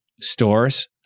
stores